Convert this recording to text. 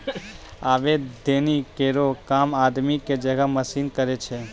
आबे दौनी केरो काम आदमी क जगह मसीन करै छै